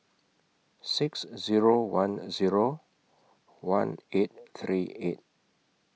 six Zero one Zero one eight three eight